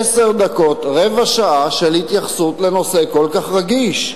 עשר דקות, רבע שעה של התייחסות לנושא כל כך רגיש,